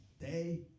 Day